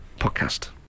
podcast